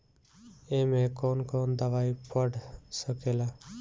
ए में कौन कौन दवाई पढ़ सके ला?